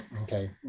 Okay